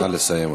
נא לסיים,